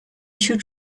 should